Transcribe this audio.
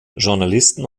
journalisten